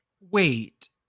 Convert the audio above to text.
Wait